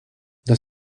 dans